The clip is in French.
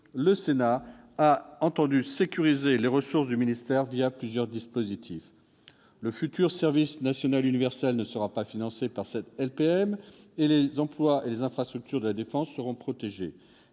le Sénat a entendu sécuriser les ressources du ministère plusieurs dispositifs. Le futur service national universel ne sera pas financé par cette LPM et les emplois et les infrastructures de la défense seront protégés.